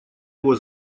его